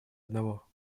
одного